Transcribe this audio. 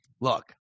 look